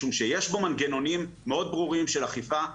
משום שיש בו מנגנונים מאוד ברורים של אכיפה,